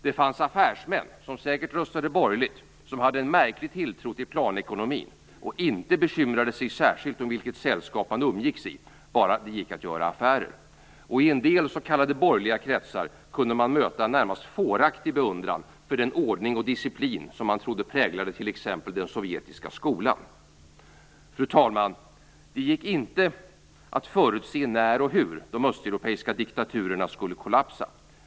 Det fanns affärsmän, som säkert röstade borgerligt, som hade en märklig tilltro till planekonomin och inte bekymrade sig särskilt om vilket sällskap man umgicks i, bara det gick att göra affärer. Och i en del s.k. borgerliga kretsar kunde man möta en närmast fåraktig beundran för den ordning och disciplin som man trodde präglade t.ex. den sovjetiska skolan. Fru talman! Det gick inte att förutse när och hur de östeuropeiska diktaturerna skulle kollapsa.